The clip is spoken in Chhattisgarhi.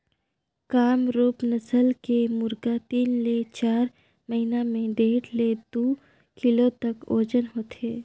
कामरूप नसल के मुरगा तीन ले चार महिना में डेढ़ ले दू किलो तक ओजन होथे